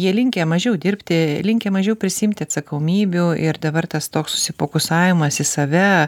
jie linkę mažiau dirbti linkę mažiau prisiimti atsakomybių ir dabar tas toks susifokusavimas į save